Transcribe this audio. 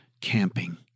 camping